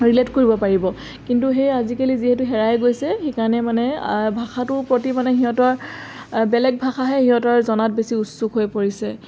relate কৰিব পাৰিব কিন্তু সেই আজিকালি যিহেতু হেৰাই গৈছে সেইকাৰণে মানে ভাষাটোৰ প্ৰতি মানে সিহঁতৰ বেলেগ ভাষাহে সিহঁতৰ জনাত বেছি উৎসুক হৈ পৰিছে